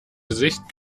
gesicht